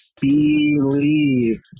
believe